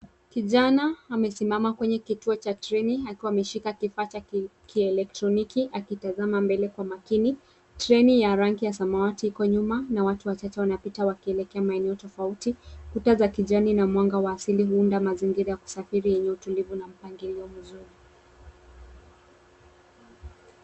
Kijana amesimama kwenye kituo cha treni akiwa ameshika kipata kielektroniki akitazama mbele kwa makini. Treni ya rangi ya samawati iko nyuma na watu watatu wanapita wakielekea maeneo tofauti. Kuta za kijani na mwanga wa asili huunda mazingira ya kusafiri ilio tulizo na mpangilio mzuri.